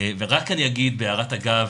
רק אני אגיד בהערת אגב,